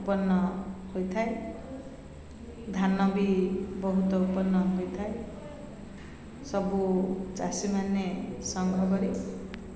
ଉତ୍ପନ ହୋଇଥାଏ ଧାନ ବି ବହୁତ ଉତ୍ପନ ହୋଇଥାଏ ସବୁ ଚାଷୀମାନେ ସଂଗ୍ରହ କରି